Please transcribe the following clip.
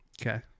Okay